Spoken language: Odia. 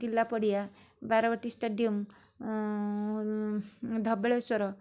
କିଲା ପଡ଼ିଆ ବାରବାଟୀ ଷ୍ଟାଡ଼ିୟମ ଧବଳେଶ୍ୱର